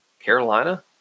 Carolina